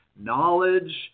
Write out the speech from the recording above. Knowledge